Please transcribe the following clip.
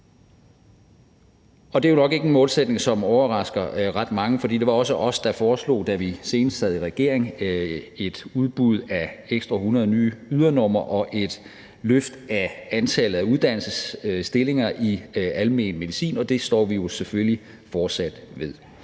Det er jo nok ikke en målsætning, som overrasker ret mange, for det var også os, der foreslog, da vi senest sad i regering, et udbud af ekstra 100 nye ydernumre og et løft af antallet af uddannelsesstillinger i almen medicin. Og det står vi jo selvfølgelig fortsat ved.